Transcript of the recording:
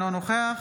אינו נוכח